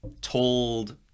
told